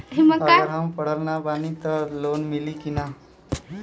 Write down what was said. अगर हम पढ़ल ना बानी त लोन मिली कि ना?